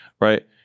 Right